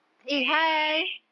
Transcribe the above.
okay hi